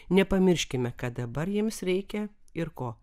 nepamirškime kad dabar jiems reikia ir ko